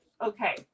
Okay